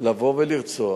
לבוא ולרצוח